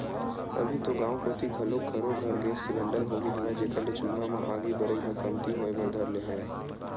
अभी तो गाँव कोती घलोक घरो घर गेंस सिलेंडर होगे हवय, जेखर ले चूल्हा म आगी बरई ह कमती होय बर धर ले हवय